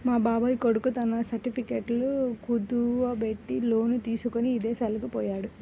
మా బాబాయ్ కొడుకు తన సర్టిఫికెట్లను కుదువబెట్టి లోను తీసుకొని ఇదేశాలకు పొయ్యాడు